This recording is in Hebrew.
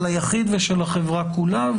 של היחיד ושל החברה כולה.